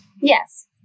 Yes